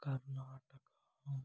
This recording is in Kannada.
ಕರ್ನಾಟಕಾ